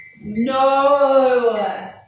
No